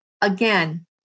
again